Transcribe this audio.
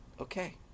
okay